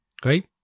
great